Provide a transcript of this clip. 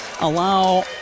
allow